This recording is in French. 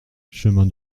chemin